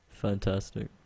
Fantastic